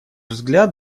взгляд